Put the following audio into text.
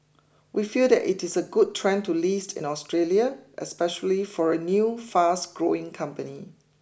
we feel that it is a good trend to list in Australia especially for a new fast growing company